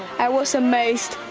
i was amazed.